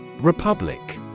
Republic